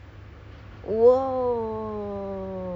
he's more of the eur~ european side